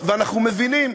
אנחנו מבינים,